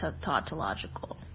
tautological